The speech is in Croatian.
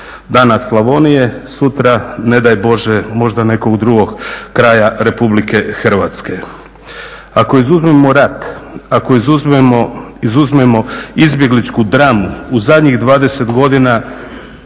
Danas Slavonije, sutra ne daj Bože možda nekog drugog kraja Republike Hrvatske. Ako izuzmemo rat, ako izuzmemo izbjegličku dramu u zadnjih 20 godina